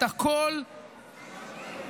את הקול שלהם,